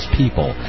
people